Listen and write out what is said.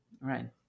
Right